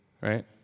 Right